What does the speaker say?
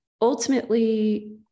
ultimately